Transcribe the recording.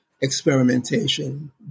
experimentation